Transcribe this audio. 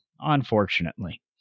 unfortunately